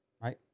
right